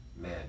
Man